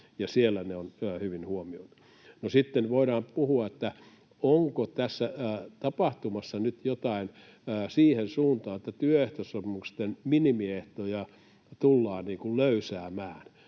siellä ne on hyvin huomioitu. No, sitten voidaan puhua, onko tässä tapahtumassa nyt jotain siihen suuntaan, että työehtosopimusten minimiehtoja tullaan löysäämään.